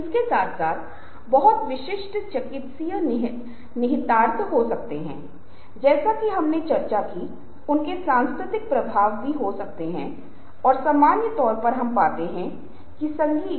इसलिए जैसा कि मैंने आपको क्विज़ के 1 या 2 में बताया था कि हमारे पास इन योजनाओं में से कुछ मुद्दे हैं और हम उन्हें एक साथ हल करने की कोशिश करेंगे लेकिन कुछ समय के लिए जब आप अपने दिमाग को सेट करते हैं तो आपके पास ये प्रतिक्रियाएं होती हैं जो मेरे द्वारा यहां की गई क्वेरी और हम इसे एक साथ करेंगे